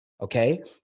okay